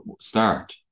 start